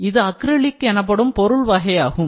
இது அக்ரிலிக் எனப்படும் பொருள் வகையாகும்